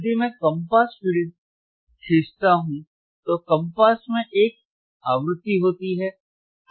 यदि मैं कम पास खींचता हूं तो कम पास में एक आवृत्ति होती है